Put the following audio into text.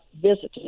visited